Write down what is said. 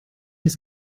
ist